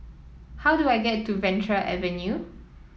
how do I get to Venture Avenue